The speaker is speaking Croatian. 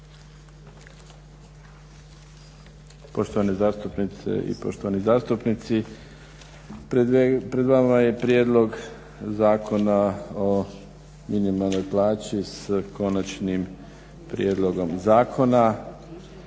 Poštovane zastupnice i poštovani zastupnici, pred vama je i Prijedlog zakona o minimalnoj plaći s konačnim prijedlogom zakona.